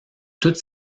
toutes